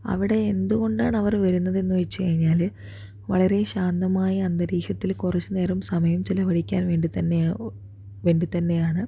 അവിടെ എന്തുകൊണ്ടാണ് അവർ വരുന്നത് എന്ന് ചോദിച്ചു കഴിഞ്ഞാല് വളരേ ശാന്തമായ അന്തരീക്ഷത്തില് കുറച്ച് നേരം സമയം ചിലവഴിക്കാൻ വേണ്ടിതന്നെ വേണ്ടിത്തന്നെയാണ്